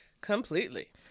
Completely